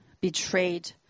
betrayed